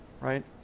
right